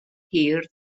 hir